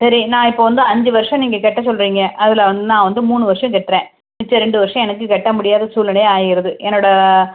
சரி நான் இப்போ வந்து அஞ்சு வருஷம் நீங்கள் கட்ட சொல்றிங்க அதில் நான் வந்து மூணு வருஷம் கட்டுறேன் மிச்ச ரெண்டு வருஷம் எனக்கு கட்ட முடியாத சூழ்நிலையா ஆயிட்து என்னோடய